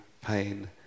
pain